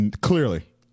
Clearly